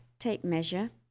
tape measure